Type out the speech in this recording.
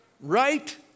Right